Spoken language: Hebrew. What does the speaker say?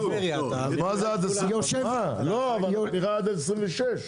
עד 26',